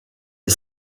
est